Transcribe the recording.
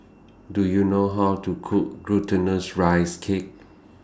Do YOU know How to Cook Glutinous Rice Cake